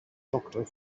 doctor